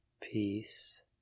Peace